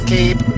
Keep